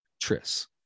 Tris